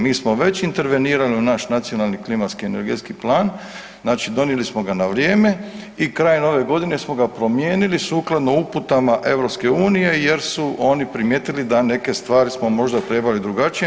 Mi smo već intervenirano naš Nacionalni klimatski energetski plan znači donijeli smo ga na vrijeme i krajem ove godine smo ga promijenili sukladno uputama Europske unije jer su oni primijetili da neke stvari smo možda trebali drugačije.